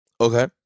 Okay